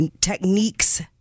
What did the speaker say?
techniques